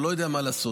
או לא יודע מה לעשות,